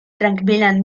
trankvilan